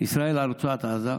ישראל על רצועת עזה.